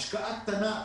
השקעה קטנה,